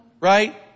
right